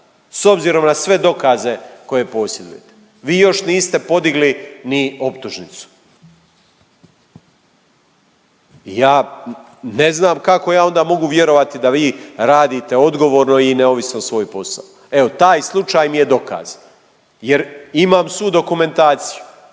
s obzirom na sve dokaze koje posjedujete, vi još niste podigli ni optužnicu. Ja ne znam kako ja onda mogu vjerovati da vi radite odgovorno i neovisno svoj posao, evo taj slučaj mi je dokaz jer imam svu dokumentaciju